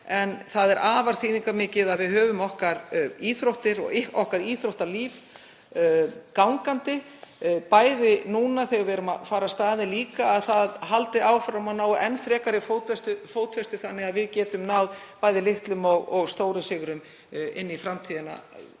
En það er afar þýðingarmikið að við höfum íþróttir og íþróttalíf gangandi, bæði núna þegar við erum að fara af stað en líka að það haldi áfram að ná enn frekari fótfestu þannig að við getum náð litlum og stórum sigrum inn í framtíðina,